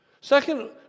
Second